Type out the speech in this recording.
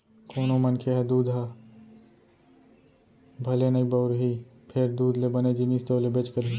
कोनों मनखे ह दूद ह भले नइ बउरही फेर दूद ले बने जिनिस तो लेबेच करही